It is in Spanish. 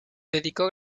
dedicó